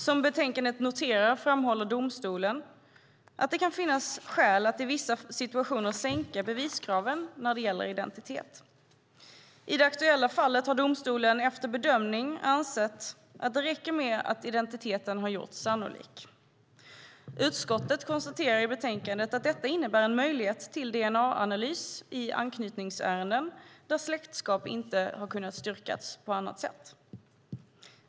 Som noteras i betänkandet framhåller domstolen att det kan finnas skäl att i vissa situationer sänka beviskraven när det gäller identitet. I det aktuella fallet har domstolen efter bedömning ansett att det räcker med att identiteten har gjorts sannolik. Utskottet konstaterar i betänkandet att detta innebär en möjlighet till dna-analys i anknytningsärenden då släktskap inte kunnat styrkas på annat sätt.